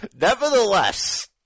Nevertheless